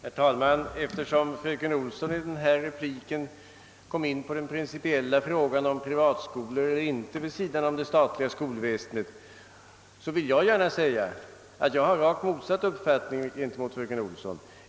Herr talman! Eftersom fröken Olsson i sin replik kom in på den principiella frågan om Pprivatskolor eller inte vid sidan av det statliga skolväsendet vill jag gärna säga att jag har en uppfattning som är rakt motsatt fröken Olssons.